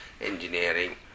engineering